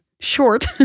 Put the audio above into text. Short